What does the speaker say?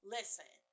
Listen